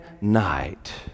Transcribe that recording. night